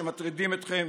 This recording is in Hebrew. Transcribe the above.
שמטרידים אתכם,